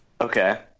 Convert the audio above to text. Okay